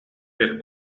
per